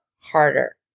harder